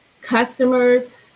customers